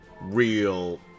real